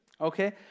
Okay